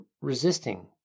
resisting